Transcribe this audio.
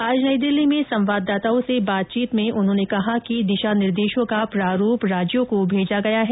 आज नई दिल्ली में संवाददाताओं से बातचीत में उन्होंने कहा कि दिशा निर्देशों का प्रारूप राज्यों को भेजा गया है